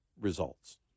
results